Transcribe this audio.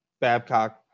Babcock